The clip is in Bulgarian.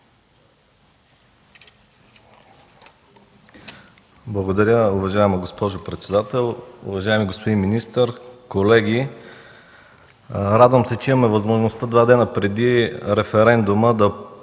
Благодаря, уважаема госпожо председател. Уважаеми господин министър, колеги! Радвам се, че имаме възможността два дни преди референдума да поговорим